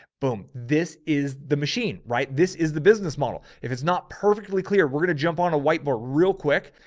boom, this is the machine, right? this is the business model. if it's not perfectly clear, we're going to jump on a whiteboard real quick.